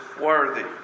worthy